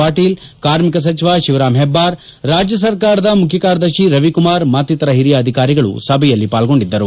ಪಾಟೀಲ್ ಕಾರ್ಮಿಕ ಸಚಿವ ಶಿವರಾಂ ಹೆಬ್ಬಾರ್ ರಾಜ್ಯ ಸರ್ಕಾರದ ಮುಖ್ಯ ಕಾರ್ಯದರ್ಶಿ ರವಿಕುಮಾರ್ ಮತ್ತಿತರ ಹಿರಿಯ ಅಧಿಕಾರಿಗಳು ಸಭೆಯಲ್ಲಿ ಪಾಲ್ಗೊಂಡಿದ್ದರು